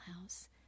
house—